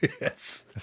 Yes